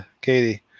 Katie